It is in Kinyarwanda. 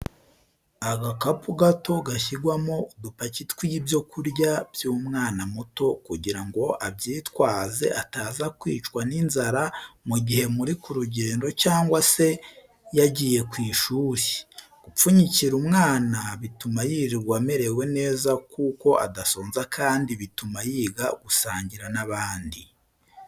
Agakapu gato gashyirwamo udupaki tw'ibyo kurya by'umwana muto kugira ngo abyitwaze ataza kwicwa n'inzara mu gihe muri ku rugendo cyangwa se yagiye ku ishuri. Gupfunyikira umwana bituma yirirwa amerewe neza kuko adasonza kandi bituma yiga gusangira n'abandi.